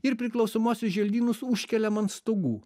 ir priklausomuosius želdynus užkeliam ant stogų